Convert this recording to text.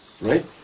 Right